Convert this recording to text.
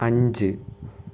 അഞ്ച്